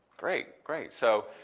great, great! so,